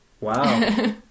Wow